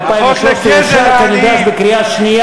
קודם כול,